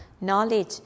knowledge